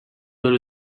there